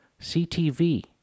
CTV